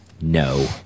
No